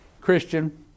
christian